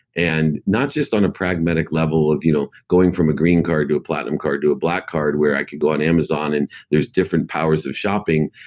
and not just on a pragmatic level of you know going going from a green card to a platinum card to black card, where i could go on amazon and there's different powers of shopping.